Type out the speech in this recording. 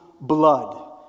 blood